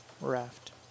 raft